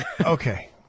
Okay